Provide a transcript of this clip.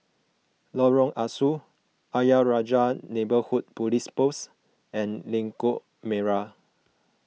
Lorong Ah Soo Ayer Rajah Neighbourhood Police Post and Lengkok Merak